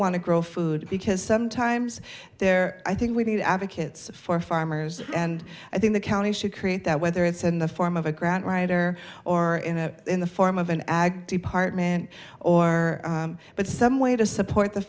want to grow food because sometimes they're i think we need advocates for farmers and i think the county should create that whether it's in the form of a grant writer or in a in the form of an ag department or but some way to support the